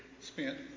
spent